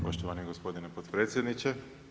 Poštovani gospodine potpredsjedniče.